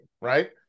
right